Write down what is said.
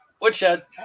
Woodshed